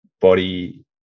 body